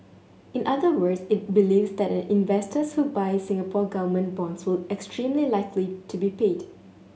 in other words it believes that an investor who buys Singapore Government bonds will extremely likely to be paid